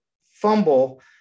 fumble